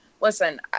listen